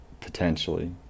potentially